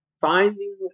finding